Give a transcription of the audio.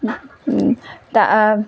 তা